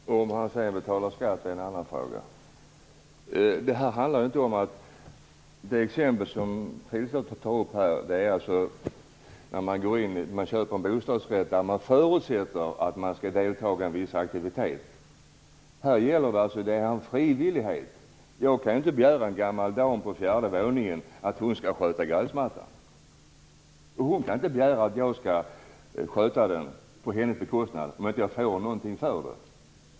Herr talman! Om han sedan betalar skatt är en annan fråga. Det exempel som Karin Pilsäter tar upp gäller när man köper en bostadsrätt. Då förutsätts det att man skall delta i vissa aktiviteter. I mitt fall handlar det om frivillighet. Jag kan inte begära av en gammal dam på fjärde våningen att hon skall sköta gräsmattan. Och hon kan inte begära att jag skall sköta den åt henne om jag inte får någonting för det.